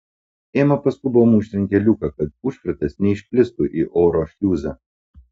ema paskubom užtrenkė liuką kad užkratas neišplistų į oro šliuzą